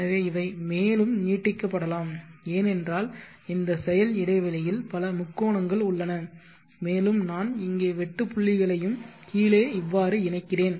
எனவே இவை மேலும் நீட்டிக்கப்படலாம் ஏனென்றால் இந்த செயல் இடைவெளியில் பல முக்கோணங்கள் உள்ளன மேலும் நான் இங்கே வெட்டு புள்ளிகளையும் கீழே இவ்வாறு இணைக்கிறேன்